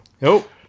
Nope